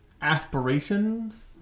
aspirations